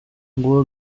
nguwo